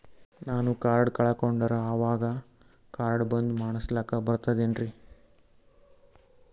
ನಾನು ಕಾರ್ಡ್ ಕಳಕೊಂಡರ ಅವಾಗ ಕಾರ್ಡ್ ಬಂದ್ ಮಾಡಸ್ಲಾಕ ಬರ್ತದೇನ್ರಿ?